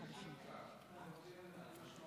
שהיא תקשיב קצת.